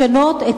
לשנות את